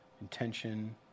intention